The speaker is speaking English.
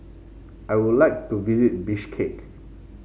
I would like to visit Bishkek